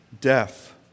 death